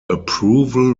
approval